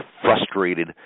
frustrated